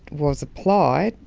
was applied,